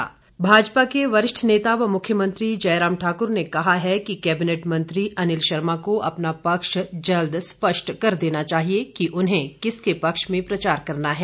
जयराम भाजपा के वरिष्ठ नेता व मुख्यमंत्री जयराम ठाक्र ने कैबिनेट मंत्री अनिल शर्मा को अपना पक्ष जल्द स्पष्ट कर देना चाहिए कि उन्हें किस के पक्ष में प्रचार करना है